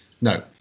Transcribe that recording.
No